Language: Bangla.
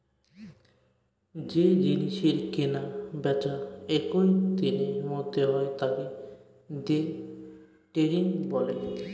যে জিনিসের কেনা বেচা একই দিনের মধ্যে হয় তাকে দে ট্রেডিং বলে